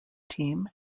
team